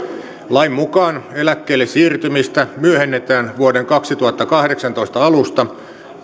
lain mukaan eläkkeelle siirtymistä myöhennetään vuoden kaksituhattakahdeksantoista alusta